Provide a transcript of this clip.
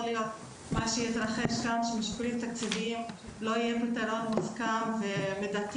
להיות מה שהתרחש כאן שמשיקולים תקציביים לא יהיה פתרון מוסכם ומידתי